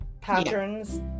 patterns